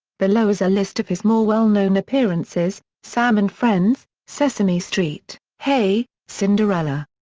below is a list of his more well-known appearances sam and friends sesame street hey, cinderella!